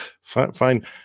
fine